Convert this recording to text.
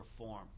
reform